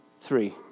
three